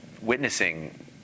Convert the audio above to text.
witnessing